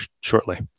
shortly